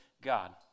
God